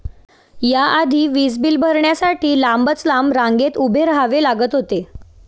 या आधी वीज बिल भरण्यासाठी लांबच लांब रांगेत उभे राहावे लागत होते